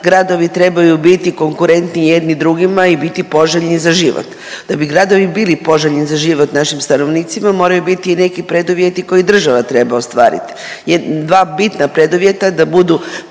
gradovi trebaju biti konkurentniji jedni drugima i biti poželjni za život. Da bi gradovi bili poželjni za život našim stanovnicima moraju biti i neki preduvjeti koje država treba ostvariti. Dva bitna preduvjeta da budu